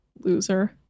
Loser